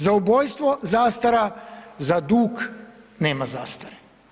Za ubojstvo zastara, za dug nema zastare.